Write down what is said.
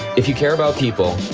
if you care about people,